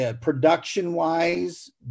Production-wise